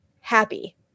happy